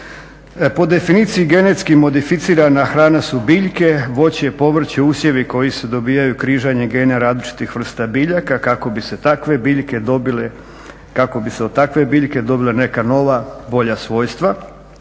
Po definiciji genetski modificirana hrana su biljke, voće i povrće, usjevi koji se dobivaju križanjem gena različitih vrsta biljaka kako bi se od takve biljke dobila neka nova, bolja svojstva,